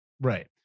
Right